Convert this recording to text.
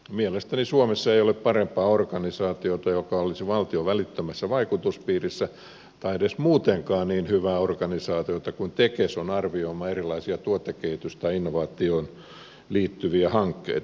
mielestäni suomessa ei ole parempaa organisaatiota joka olisi valtion välittömässä vaikutuspiirissä tai muutenkaan niin hyvää organisaatiota kuin tekes on arvioimaan erilaisia tuotekehitykseen tai innovaatioon liittyviä hankkeita